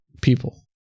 people